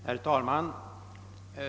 Herr talman!